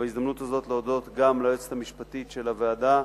ובהזדמנות הזאת להודות גם ליועצת המשפטית של הוועדה,